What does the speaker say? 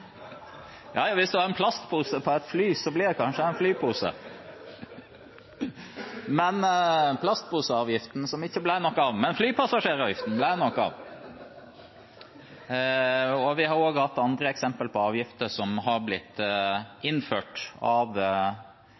Ja, hvis man har en plastpose på et fly, blir det kanskje en flypose. Men plastposeavgiften – den ble det ikke noe av. Flypassasjeravgiften, derimot, den ble det noe av, og vi har også hatt andre eksempler på avgifter som er blitt innført av